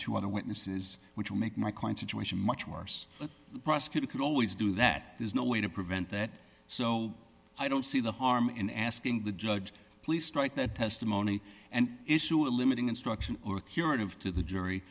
two other witnesses which will make my current situation much worse the prosecutor could always do that there's no way to prevent that so i don't see the harm in asking the judge please strike that testimony and issue a limiting instruction or curative to the jury